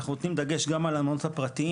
אנחנו נותנים דגש, גם על המעונות הפרטיים,